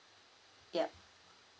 yup